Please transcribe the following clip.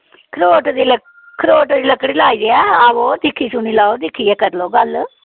खरोट दी लकड़ी लाई दी ऐ आइयै दिक्खी सुनी लैओ दिक्खियै करो लैओ गल्ल खरोट दी लाई दी खरोट दी पंज सौ दा